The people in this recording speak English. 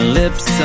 lips